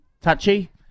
touchy